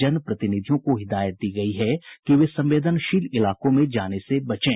जन प्रतिनिधियों को हिदायत दी गयी है कि वे संवेदनशील इलाकों में जाने से बचें